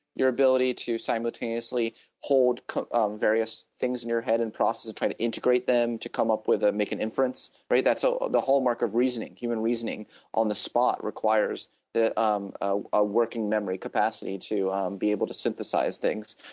your ability to simultaneously hold to on various things in your head and processes, trying to integrate them to come up with a, make an inference, right. that so the hallmark of reasoning, human reasoning on the spot requires that um ah a working memory capacity to um be able to synthesize things.